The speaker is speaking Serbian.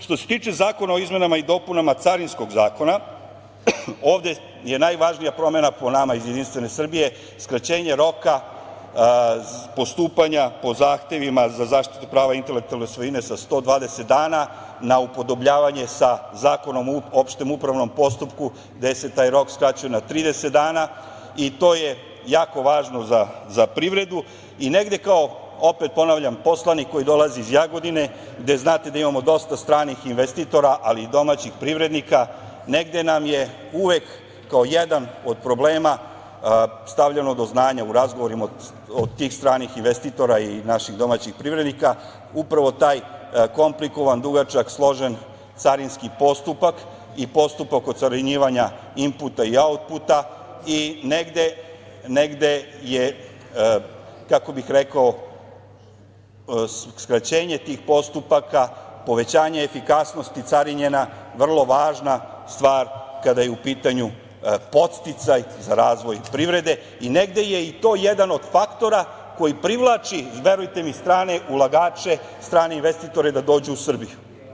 Što se tiče zakona o izmenama i dopunama Carinskog zakona ovde je najvažnija promena po nama iz JS skraćenje roka postupanja po zahtevima za zaštitu prava intelektualne svojine sa 120 dana na upodobljavanje sa Zakonom o opštem upravnom postupku gde se taj rok skraćuje na 30 dana i to je jako važno za privredu i negde kao, ponavljam, poslanik koji dolazi iz Jagodine, gde imamo dosta stranih investitora, ali i domaćih privrednika, negde nam je uvek kao jedan od problema stavljeno do znanja u razgovorima, od tih stranih investitora i naših domaćih privrednika upravo taj komplikovan, dugačak, složen carinski postupak i postupak ocarinjenja inputa i autputa i negde je, kako bih rekao, skraćenje tih postupaka, povećanje efikasnosti carinjenja vrlo važna stvar kada je u pitanju podsticaj za razvoj privrede i negde je i to jedan od faktora koji privlači, verujte mi, strane ulagače, strane investitore da dođu u Srbiju.